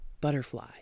Butterfly